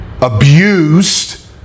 abused